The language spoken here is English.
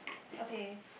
okay